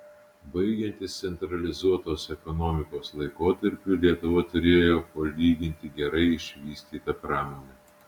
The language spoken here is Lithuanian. baigiantis centralizuotos ekonomikos laikotarpiui lietuva turėjo palyginti gerai išvystytą pramonę